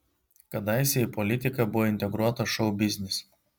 kadaise į politiką buvo integruotas šou biznis